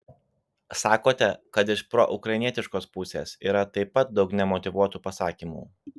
sakote kad iš proukrainietiškos pusės yra taip pat daug nemotyvuotų pasakymų